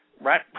right